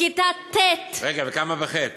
בכיתה ט' רגע, כמה בח'?